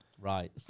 Right